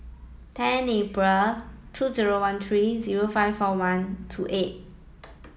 ten April two zero one three zero five four one two eight